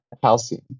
Calcium